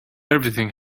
everything